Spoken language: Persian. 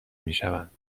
میشوند